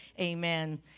amen